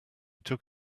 took